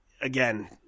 again